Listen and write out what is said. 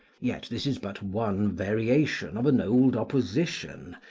yet this is but one variation of an old opposition,